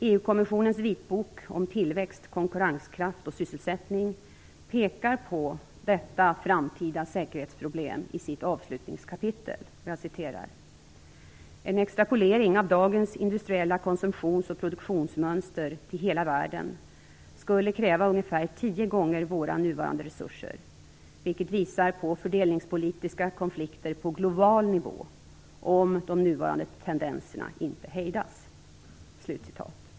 EU-kommissionens vitbok om tillväxt, konkurrenskraft och sysselsättning pekar på detta framtida säkerhetsproblem i sitt avslutningskapitel: "- en extrapolering av dagens industriella konsumtions och produktionsmönster till hela världen skulle kräva ungefär tio gånger våra nuvarande resurser, vilket visar på politiska konflikter på global nivå om de nuvarande tendenserna inte hejdas."